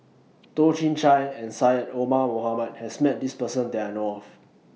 Toh Chin Chye and Syed Omar Mohamed has Met This Person that I know of